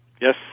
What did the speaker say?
Yes